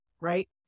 right